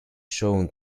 shown